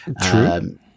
True